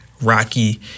Rocky